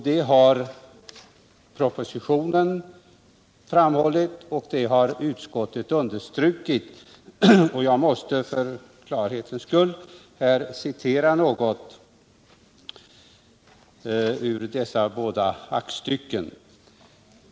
Det har framhållits i propositionen och understrukits i utskottets betänkande. Jag måste för klarhetens skull citera något ur båda dessa aktstycken.